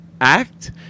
act